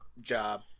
job